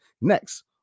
Next